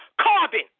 carbon